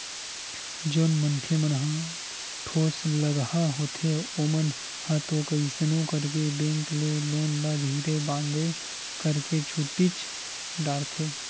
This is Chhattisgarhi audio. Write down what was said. जउन मनखे मन ह ठोसलगहा होथे ओमन ह तो कइसनो करके बेंक के लोन ल धीरे बांधे करके छूटीच डरथे